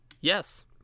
Yes